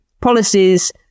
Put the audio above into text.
policies